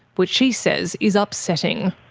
which she says is upsetting.